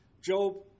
Job